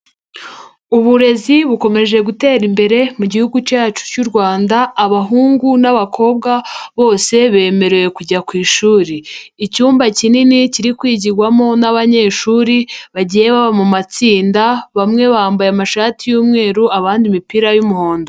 Uburezi bukomeje gutera imbere mu Gihugu cyacu cy'u Rwanda, abahungu n'abakobwa bose bemerewe kujya ku ishuri, icyumba kinini kiri kwigirwamo n'abanyeshuri bagiye baba mu matsinda, bamwe bambaye amashati y'umweru abandi imipira y'umuhondo.